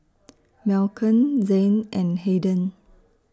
Malcom Zayne and Hayden